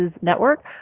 Network